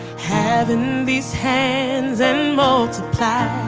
have in these hands and multiply